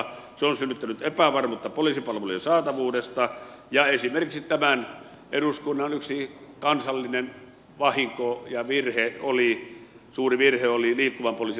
se on synnyttänyt epävarmuutta poliisipalvelujen saatavuudesta ja esimerkiksi tämän eduskunnan yksi kansallinen vahinko ja suuri virhe oli liikkuvan poliisin lakkauttaminen